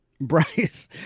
Bryce